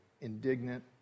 indignant